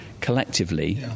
collectively